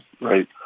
right